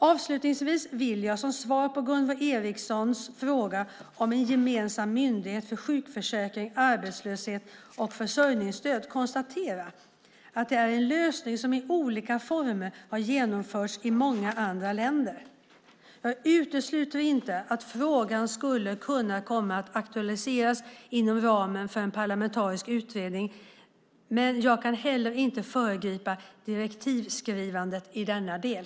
Avslutningsvis vill jag som svar på Gunvor G Ericsons fråga om en gemensam myndighet för sjukförsäkring, arbetslöshet och försörjningsstöd konstatera att det är en lösning som i olika former har genomförts i många andra länder. Jag utesluter inte att frågan skulle kunna komma att aktualiseras inom ramen för en parlamentarisk utredning, men jag kan heller inte föregripa direktivskrivandet i denna del.